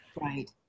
right